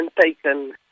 taken